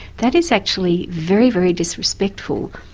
that is actually very, very disrespectful.